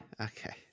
okay